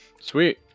Sweet